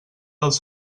dels